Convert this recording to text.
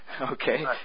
Okay